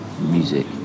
music